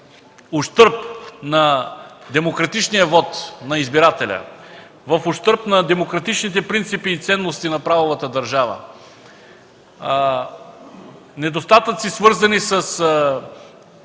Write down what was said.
ущърб на демократичния вот на избирателя, в ущърб на демократичните принципи и ценности на правовата държава, недостатъци, свързани с